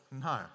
no